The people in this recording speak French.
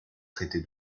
traiter